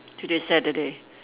today's Saturday